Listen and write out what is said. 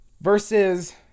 versus